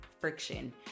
friction